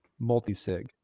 multisig